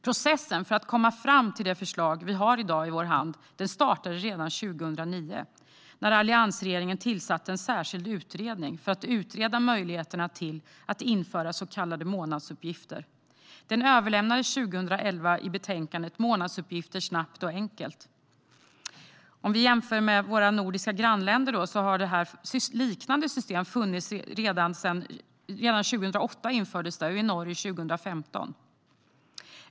Processen för att komma fram till det förslag vi har i vår hand i dag startade redan 2009, när alliansregeringen tillsatte en särskild utredning för att utreda möjligheterna att införa så kallade månadsuppgifter. Den överlämnades 2011 i betänkandet Månadsuppgifter - snabbt och enkelt . Vi kan jämföra med våra nordiska grannländer. I Danmark infördes ett liknande system redan 2008, och i Norge infördes det 2015.